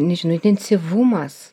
nežinau intensyvumas